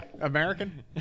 american